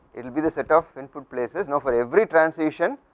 it will be the set of input places know for every transition